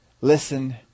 listen